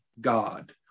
God